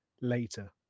later